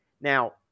Now